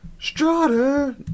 Strutter